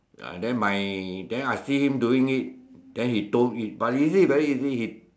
uh then my then I see him doing it then he told but he say it's very easy he